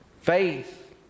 faith